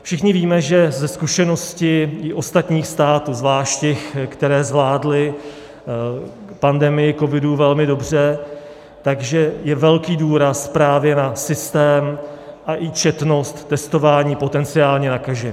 Všichni víme, že ze zkušenosti i ostatních států, zvlášť těch, které zvládly pandemii covidu velmi dobře, že je velký důraz právě na systém a i četnost testování potenciálně nakažených.